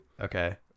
Okay